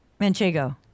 Manchego